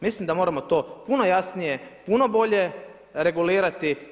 Mislim da moramo to puno jasnije, puno bolje regulirati.